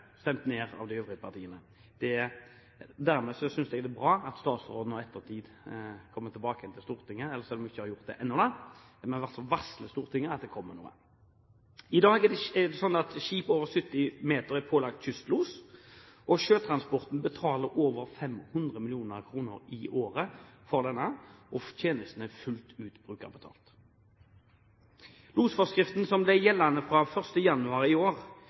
stemt ned av de øvrige partiene. Jeg synes det er bra at statsråden i ettertid kommer tilbake til Stortinget. Hun ikke har gjort ennå, men hun har i hvert fall varslet Stortinget om at det kommer noe. I dag er det slik at skip over 70 meter er pålagt kystlos. Sjøtransporten betaler over 500 mill. kr i året for dette, og tjenesten er fullt ut brukerbetalt. Losforskriften ble gjeldende fra 1. januar i år.